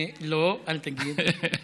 לא, אל תגיד.